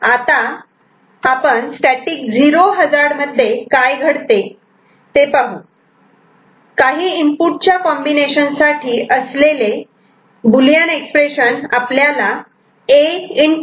तर आता static 0 hazard मध्ये काय घडते काही इनपुट च्या कॉम्बिनेशन साठी असलेले बुलियन एक्सप्रेशन आपल्याला A